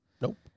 Nope